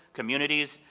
communities,